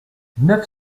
neuf